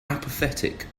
apathetic